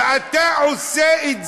ואתה עושה את זה.